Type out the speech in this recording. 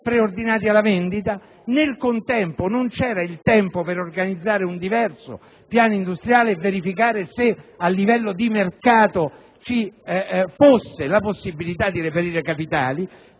è concretizzato; intanto, non c'era tempo di organizzare un diverso piano industriale e verificare se a livello di mercato ci fosse la possibilità di reperire capitali.